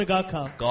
God